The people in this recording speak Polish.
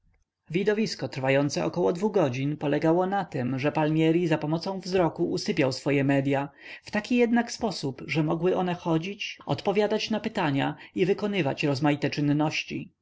widowisko trwające około dwu godzin polegało na tem że palmieri zapomocą wzroku usypiał swoje medya w taki jednak sposób że mogły one chodzić odpowiadać na pytania i wykonywać rozmaite czynności